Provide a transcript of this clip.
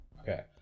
Okay